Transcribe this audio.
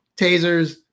tasers